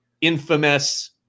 infamous